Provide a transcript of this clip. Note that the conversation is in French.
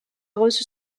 reçu